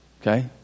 Okay